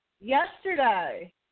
Yesterday